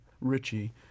richie